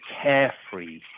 carefree